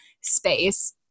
space